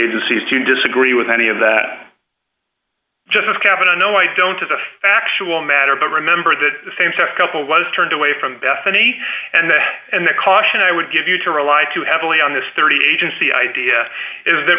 agencies to disagree with any of that just of cabinet no i don't to the actual matter but remember that same sex couple was turned away from bethany and that and the caution i would give you to rely too heavily on this thirty agency idea is that